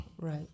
right